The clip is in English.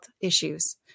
issues